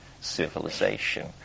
civilization